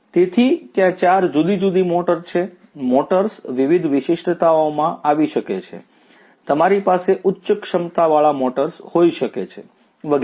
તેથી ત્યાં 4 જુદી જુદી મોટર છે મોટર્સ વિવિધ વિશિષ્ટતાઓમાં આવી શકે છે તમારી પાસે ઉચ્ચ ક્ષમતાવાળા મોટર્સ હોઈ શકે છે વગેરે